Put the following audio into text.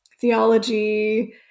theology